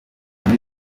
muri